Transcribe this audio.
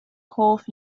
hoff